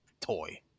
toy